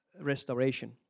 restoration